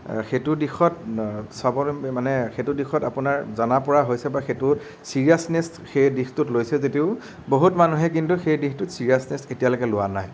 সেইটো দিশত স্বাৱলম্বী মানে সেইটো দিশত আপোনাৰ জনা পৰা হৈছে বা সেইটোত চিৰিয়াচনেচ সেই দিশটোত লৈছে যদিও বহুত মানুহে কিন্তু সেই দিশটোত চিৰিয়াচনেচ এতিয়ালৈকে লোৱা নাই